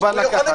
בהתקהלות.